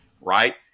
right